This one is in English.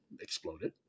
exploded